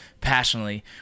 passionately